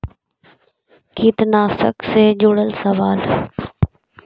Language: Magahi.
कीटनाशक से जुड़ल सवाल?